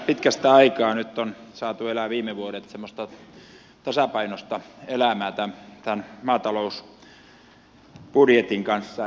pitkästä aikaa nyt on saatu elää viime vuodet semmoista tasapainoista elämää tämän maatalousbudjetin kanssa